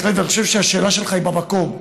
בהחלט אני חושב שהשאלה שלך היא במקום,